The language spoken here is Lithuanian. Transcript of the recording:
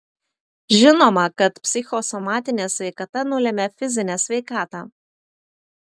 žinoma kad psichosomatinė sveikata nulemia fizinę sveikatą